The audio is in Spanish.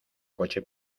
coche